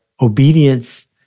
obedience